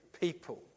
people